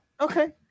Okay